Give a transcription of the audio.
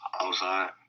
Outside